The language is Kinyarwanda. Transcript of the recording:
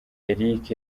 eric